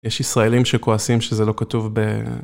יש ישראלים שכועסים שזה לא כתוב ב...